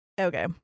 Okay